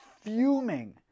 fuming